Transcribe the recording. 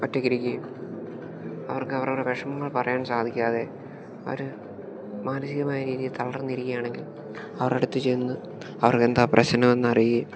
ഒറ്റയ്ക്ക് ഇരിക്കുകയും അവർക്ക് അവരവരുടെ വിഷമങ്ങൾ പറയാൻ സാധിക്കാതെ അവര് മാനസികമായ രീതിയിൽ തളർന്നിരിക്കുകയാണെങ്കിൽ അവരുടെ അടുത്ത് ചെന്ന് അവർക്കെന്താ പ്രശ്നമെന്ന് അറിയുകയും